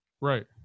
Right